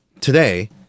today